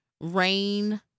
rain